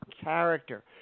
character